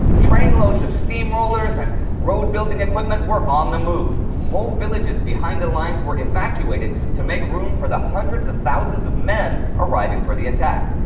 trainloads of steamrollers and road building equipment were on the move. whole villages behind the lines were evacuated to make room for the hundreds of thousands of men arriving for the attack.